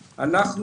יעזור.